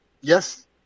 Yes